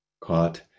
Caught